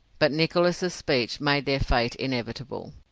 but nicholas' speech made their fate inevitable.